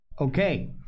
Okay